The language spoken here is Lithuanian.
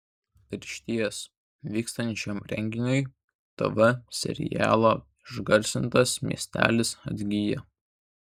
ir išties vykstant šiam renginiui tv serialo išgarsintas miestelis atgyja